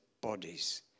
bodies